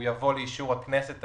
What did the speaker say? הוא יבוא לאישור הכנסת.